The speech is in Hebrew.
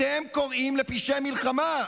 אתם קוראים לפשעי מלחמה,